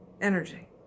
energy